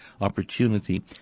opportunity